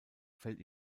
fällt